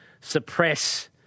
suppress